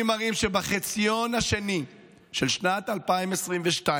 והנתונים מראים שבחציון השני של שנת 2022,